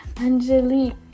angelique